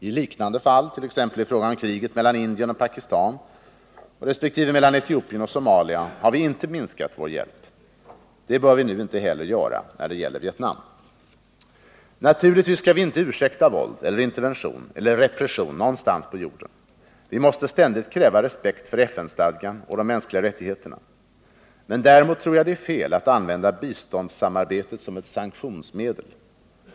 I liknande fall — t.ex. i fråga om kriget mellan Indien och Pakistan resp. mellan Etiopien och Somalia — har vi inte minskat vår hjälp. Det bör vi nu inte heller göra när det gäller Vietnam. Naturligtvis skall vi inte ursäkta våld eller intervention eller repression någonstans på jorden. Vi måste ständigt kräva respekt för FN-stadgan om de mänskliga rättigheterna. Men däremot tror jag att det är fel att använda biståndssamarbetet som ett sanktionsmedel.